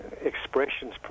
expressions